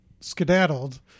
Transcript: skedaddled